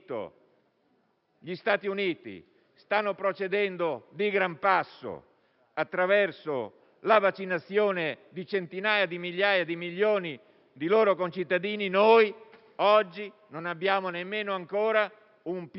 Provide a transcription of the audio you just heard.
gli Stati Uniti stanno procedendo di gran passo attraverso la vaccinazione di centinaia di migliaia o di milioni di loro concittadini, noi oggi non abbiamo nemmeno ancora un piano